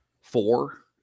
four